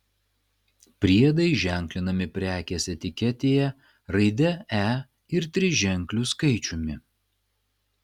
priedai ženklinami prekės etiketėje raidė e ir triženkliu skaičiumi